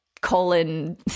colon